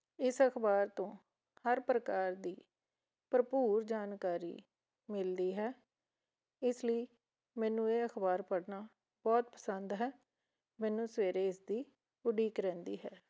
ਇਸ ਅਖਬਾਰ ਤੋਂ ਹਰ ਪ੍ਰਕਾਰ ਦੀ ਭਰਪੂਰ ਜਾਣਕਾਰੀ ਮਿਲਦੀ ਹੈ ਇਸ ਲਈ ਮੈਨੂੰ ਇਹ ਅਖਬਾਰ ਪੜ੍ਹਨਾ ਬਹੁਤ ਪਸੰਦ ਹੈ ਮੈਨੂੰ ਸਵੇਰੇ ਇਸਦੀ ਉਡੀਕ ਰਹਿੰਦੀ ਹੈ